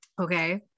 Okay